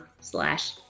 slash